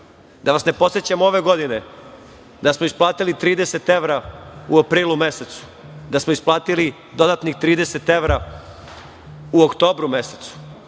Da vas ne podsećam ove godine da smo isplatili 30 evra u aprilu mesecu, da smo isplatili dodatnih 30 evra u oktobru mesecu,